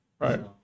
Right